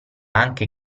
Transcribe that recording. anche